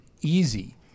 easy